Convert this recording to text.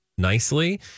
nicely